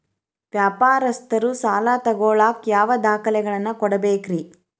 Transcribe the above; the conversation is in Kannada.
ವ್ಯಾಪಾರಸ್ಥರು ಸಾಲ ತಗೋಳಾಕ್ ಯಾವ ದಾಖಲೆಗಳನ್ನ ಕೊಡಬೇಕ್ರಿ?